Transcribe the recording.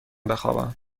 بخوابم